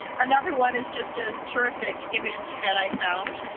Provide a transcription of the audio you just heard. another one is just a terrific image that i found.